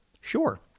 Sure